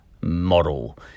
model